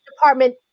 department